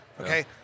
okay